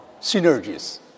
synergies